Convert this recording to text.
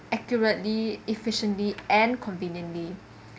accurately efficiently and conveniently